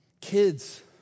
Kids